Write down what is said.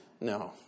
No